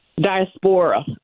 diaspora